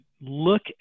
look